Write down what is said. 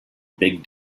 big